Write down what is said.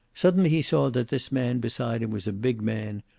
suddenly he saw that this man beside him was a big man,